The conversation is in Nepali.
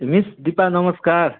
मिस दिपा नमस्कार